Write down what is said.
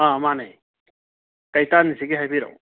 ꯃꯥꯅꯦ ꯀꯩ ꯇꯥꯅꯥꯁꯤꯒꯦ ꯍꯥꯏꯕꯤꯔꯛꯑꯣ